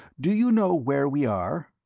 do you know where we are?